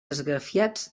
esgrafiats